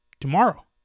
tomorrow